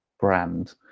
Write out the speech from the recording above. brand